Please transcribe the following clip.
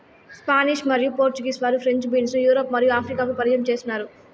Spanish మరియు Portuguese వారు French beans ను యూరప్ మరియు ఆఫ్రికాకు పరిచయం చేసినారు